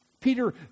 Peter